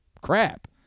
Crap